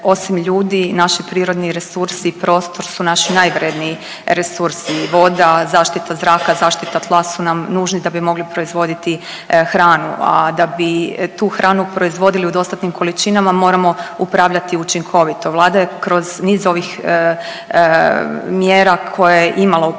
osim ljudi naši prirodni resursi i prostor su naši najvrjedniji resursi voda, zaštita zraka, zaštita tla su nam nužni da bi mogli proizvoditi hranu, a da bi tu hranu proizvodili u dostatnim količinama moramo upravljati učinkovito. Vlada je kroz niz ovih mjera koje je imala u proteklih